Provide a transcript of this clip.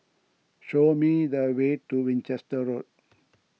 show me the way to Winchester Road